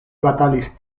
batalis